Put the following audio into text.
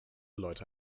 leute